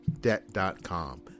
Debt.com